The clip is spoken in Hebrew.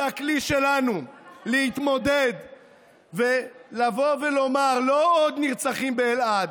היא הכלי שלנו להתמודד ולומר: לא עוד נרצחים באלעד,